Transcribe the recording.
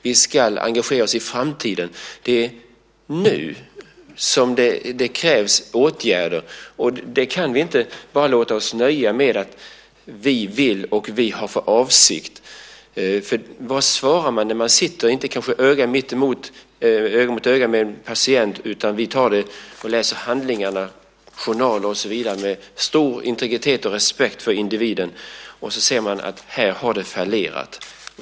Vi måste engagera oss i framtiden. Det krävs åtgärder nu, och därför kan vi inte låta oss nöja med att "vi vill" och "vi har för avsikt". Vi sitter visserligen inte öga mot öga med patienten, utan i stället läser vi handlingar, journaler och annat. Det sker med stor integritet och respekt för individen, och då ser vi också fall där det fallerat.